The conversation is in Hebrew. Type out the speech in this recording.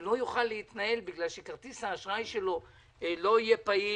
לא יוכל להתנהל בגלל שכרטיס האשראי שלו לא יהיה פעיל,